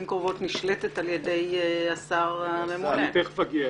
קרובות נשלטת על ידי השר הממונה.